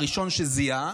הראשון שזיהה,